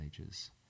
ages